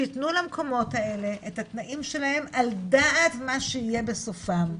שיתנו למקומות האלה את התנאים שלהם על דעת מה שיהיה בסופם,